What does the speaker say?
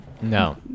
no